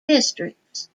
districts